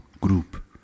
Group